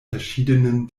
verschiedenen